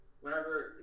whenever